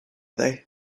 they